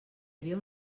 havia